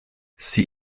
sie